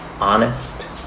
Honest